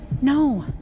no